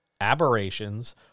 aberrations